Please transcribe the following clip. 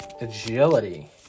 agility